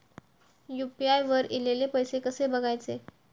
UPI वर ईलेले पैसे कसे बघायचे?